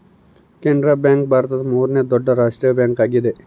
Canara bank ಭಾರತದ ಮೂರನೇ ದೊಡ್ಡ ರಾಷ್ಟ್ರೀಯ ಬ್ಯಾಂಕ್ ಆಗಿದೆ